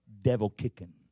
devil-kicking